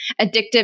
addictive